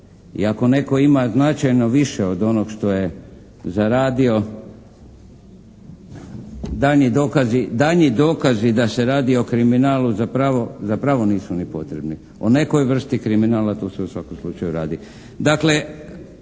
I ako netko ima značajno više od onog što je zaradio, daljnji dokazi da se radi o kriminalu zapravo nisu ni potrebni, o nekoj vrsti kriminala tu se u svakom slučaju radi.